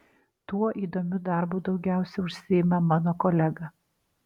tuo įdomiu darbu daugiausiai užsiima mano kolega